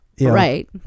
Right